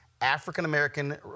African-American